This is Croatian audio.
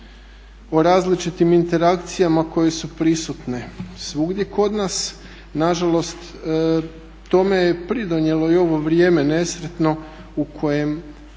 O različitim interakcijama koje su prisutne svugdje kod nas, nažalost tome je pridonijelo i ovo vrijeme nesretno u kojem